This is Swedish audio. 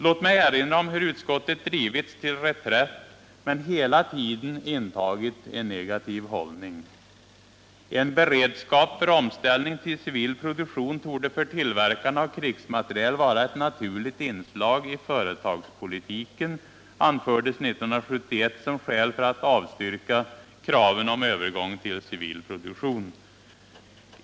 Låt mig erinra om hur utskottet drivits till reträtt men hela tiden intagit en negativ hållning. En beredskap för omställning till civil produktion torde för tillverkarna av krigsmateriel vara ett naturligt inslag i företagspolitiken, anfördes 1971 som skäl för att avstyrka kraven på övergång till civil produktion.